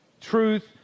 truth